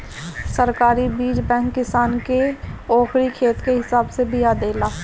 सरकारी बीज बैंक किसान के ओकरी खेत के हिसाब से बिया देला